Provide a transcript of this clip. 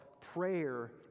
prayer